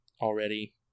already